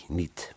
niet